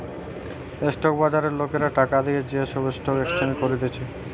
stock বাজারে লোকরা টাকা দিয়ে যে স্টক এক্সচেঞ্জ করতিছে